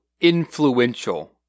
influential